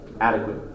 adequate